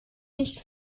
nicht